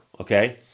Okay